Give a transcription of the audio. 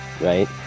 right